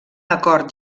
acord